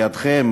לידכם,